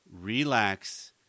relax